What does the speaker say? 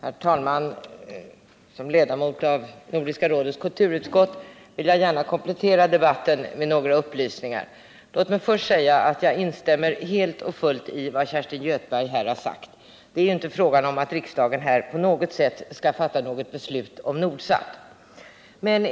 Herr talman! Såsom ledamot av Nordiska rådets kulturutskott vill jag gärna komplettera debatten med några upplysningar. Låt mig först säga att jag helt och fullt instämmer i vad Kerstin Göthberg här har sagt. Det är inte fråga om att riksdagen på något sätt skall fatta beslut om Nordsat.